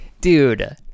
dude